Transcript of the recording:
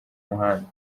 muhanda